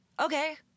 Okay